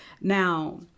Now